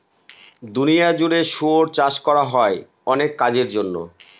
দুনিয়া জুড়ে শুয়োর চাষ করা হয় অনেক কাজের জন্য